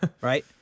right